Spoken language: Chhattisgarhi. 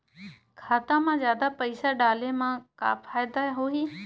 खाता मा जादा पईसा डाले मा का फ़ायदा होही?